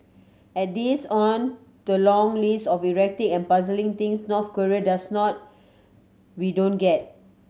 add this on the long list of erratic and puzzling things North Korea does not we don't get